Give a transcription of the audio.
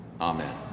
amen